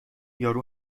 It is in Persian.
یارو